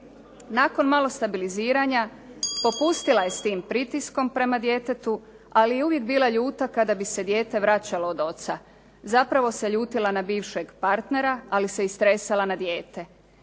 Nakon malo stabiliziranja popustila je s tim pritiskom prema djetetu, ali je uvijek bila ljuta kada bi se dijete vraćalo od oca. Zapravo se ljutila na bivšeg partnera, ali se istresala na dijete.